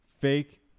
fake